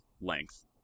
length